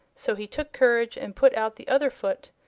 so he took courage and put out the other foot.